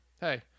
hey